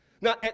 Now